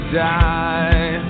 die